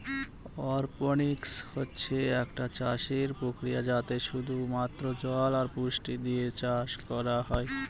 অরপনিক্স হচ্ছে একটা চাষের প্রক্রিয়া যাতে শুধু মাত্র জল আর পুষ্টি দিয়ে চাষ করা হয়